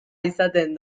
izaten